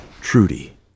Trudy